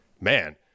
man